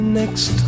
next